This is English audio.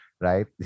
right